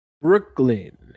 Brooklyn